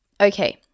Okay